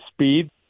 speed